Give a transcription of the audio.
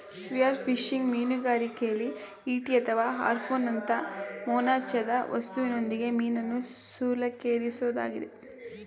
spearfishing ಮೀನುಗಾರಿಕೆಲಿ ಈಟಿ ಅಥವಾ ಹಾರ್ಪೂನ್ನಂತ ಮೊನಚಾದ ವಸ್ತುವಿನೊಂದಿಗೆ ಮೀನನ್ನು ಶೂಲಕ್ಕೇರಿಸೊದಾಗಿದೆ